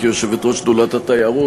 כיושבת-ראש שדולת התיירות,